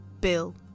Bill